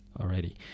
already